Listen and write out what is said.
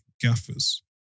Gaffers